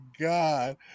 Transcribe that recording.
God